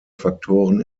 faktoren